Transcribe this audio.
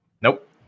Nope